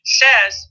says